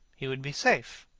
he would be safe.